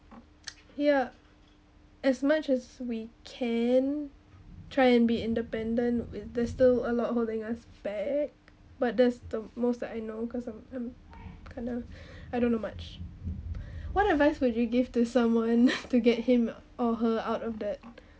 ya as much as we can try and be independent th~ there's still a lot of holding us back but that's the most that I know cause I'm I'm kind of I don't know much what advice would you give to someone to get him or her out of debt